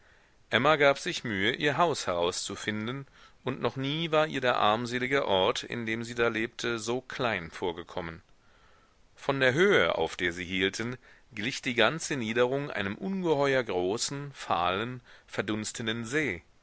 emma gab sich mühe ihr haus herauszufinden und noch nie war ihr der armselige ort in dem sie da lebte so klein vorgekommen von der höhe auf der sie hielten glich die ganze niederung einem ungeheuer großen fahlen verdunstenden see